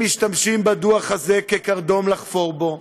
הם משתמשים בדוח הזה כקרדום לחפור בו,